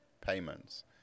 payments